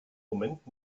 moment